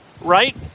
right